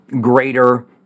greater